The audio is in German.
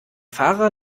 fahrer